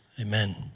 Amen